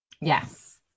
Yes